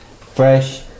fresh